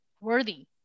worthy